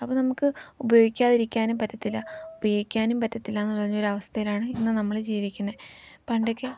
അപ്പം നമുക്ക് ഉപയോഗിക്കാതിരിക്കാനും പറ്റത്തില്ല ഉപയോഗിക്കാനും പറ്റത്തില്ലയെന്നു പറഞ്ഞൊരവസ്ഥയിലാണ് ഇന്നു നമ്മൾ ജീവിക്കുന്നത് പണ്ടൊക്കെ